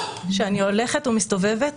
שאני הולכת ומסתובבת